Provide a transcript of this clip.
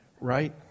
right